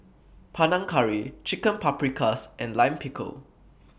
Panang Curry Chicken Paprikas and Lime Pickle